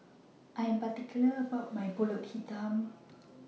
I Am particular about My Pulut Hitam